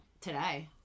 today